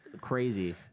Crazy